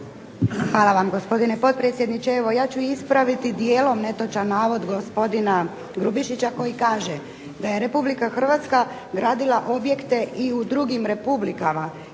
Hvala vam gospodine potpredsjedniče, evo ja ću ispraviti dijelom netočan navod gospodina Grubišića koji kaže da je RH gradila objekte i u drugim republikama